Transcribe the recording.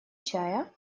чая